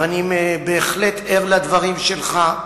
ואני בהחלט ער לדברים שלך,